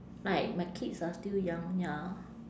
like my kids are still young ya